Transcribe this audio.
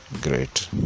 great